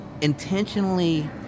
Intentionally